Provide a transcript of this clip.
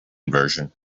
version